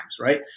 right